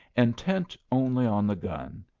intent only on the gun,